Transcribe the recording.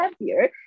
heavier